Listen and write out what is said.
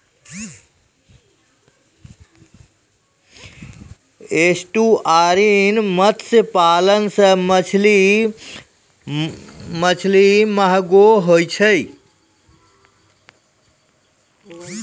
estuarine मत्स्य पालन रो मछली महगो हुवै छै